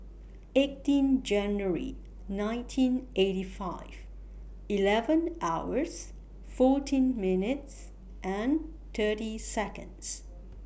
eighteen January nineteen eighty five eleven hours fourteen minutes and thirty Seconds